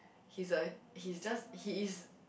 he's a he's just he is